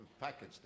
package